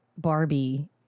Barbie